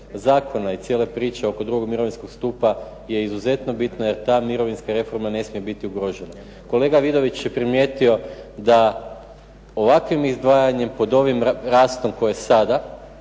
zakona i cijele priče oko drugog mirovinskog stupa je izuzetno bitna jer ta mirovinska reforma ne smije biti ugrožena. Kolega Vidović je primijetio da ovakvim izdvajanjem pod ovim rastom koji je sada,